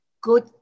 good